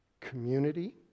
community